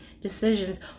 decisions